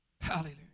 Hallelujah